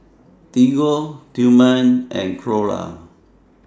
Diego Tillman and Clora